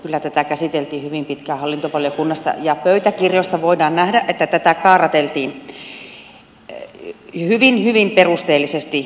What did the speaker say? kyllä tätä käsiteltiin hyvin pitkään hallintovaliokunnassa ja pöytäkirjoista voidaan nähdä että tätä kaarrateltiin hyvin hyvin perusteellisesti